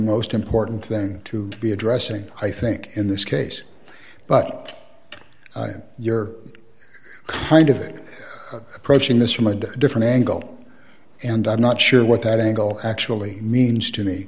most important thing to be addressing i think in this case but you're kind of it approaching this from a different angle and i'm not sure what that angle actually means to me